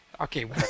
Okay